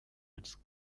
its